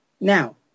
Now